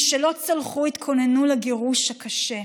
משלא צלחו, התכוננו לגירוש הקשה.